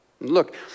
Look